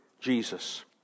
Jesus